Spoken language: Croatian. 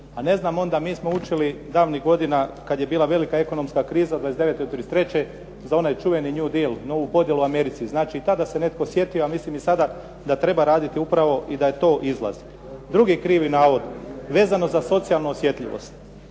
mjesta. A mi smo učili davnih godina kad je bila velika ekonomska kriza od '29. do '33. za onaj čuveni "new deal", novu podjelu u Americi, znači tada se netko sjetio, a mislim i sada da treba raditi upravo i da je to izlaz. Drugi krivi navod vezano za socijalnu osjetljivost.